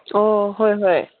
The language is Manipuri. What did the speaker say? ꯑꯣ ꯍꯣꯏ ꯍꯣꯏ